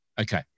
Okay